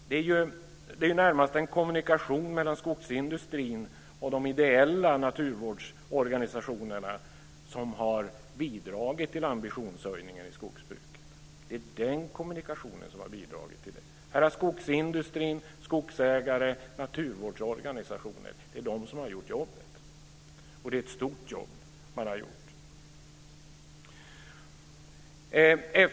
Det är närmast en kommunikation mellan skogsindustrin och de ideella naturvårdsorganisationerna som har bidragit till ambitionshöjningen i skogsbruket. Skogsindustrin, skogsägare och naturvårdsorganisationer har gjort jobbet, och de har gjort ett stort jobb.